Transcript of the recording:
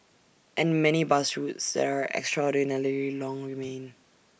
and many bus routes there extraordinarily long remain